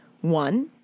One